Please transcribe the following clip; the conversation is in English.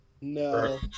No